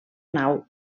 nau